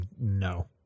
no